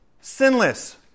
sinless